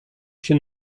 się